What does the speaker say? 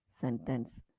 sentence